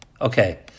Okay